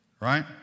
right